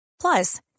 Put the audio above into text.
Plus